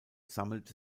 sammelte